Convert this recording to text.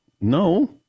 No